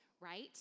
right